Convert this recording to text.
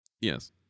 Yes